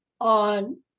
on